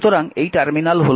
সুতরাং এই টার্মিনাল হল